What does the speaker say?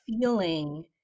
feeling